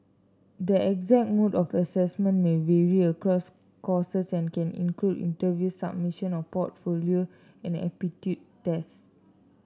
the exact mode of assessment may vary across courses and can include interviews submission of portfolio and aptitude test